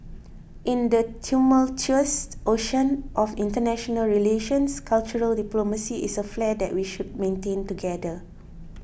in the tumultuous ocean of international relations cultural diplomacy is a flare that we should maintain together